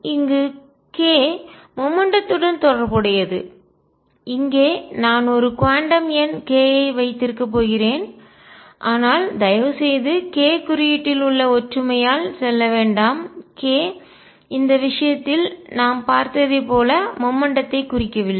இங்கு k மொமெண்ட்டத்துடன் உந்தம் தொடர்புடையது இங்கே நான் ஒரு குவாண்டம் எண் k ஐ வைத்திருக்கப் போகிறேன் ஆனால் தயவுசெய்து k குறியீட்டில் உள்ள ஒற்றுமையால் செல்ல வேண்டாம் k இந்த விஷயத்தில் நாம் பார்த்ததை போல மொமெண்ட்டம்த்தை உந்தம் குறிக்கவில்லை